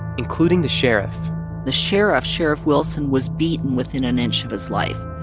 including the sheriff the sheriff, sheriff wilson, was beaten within an inch of his life,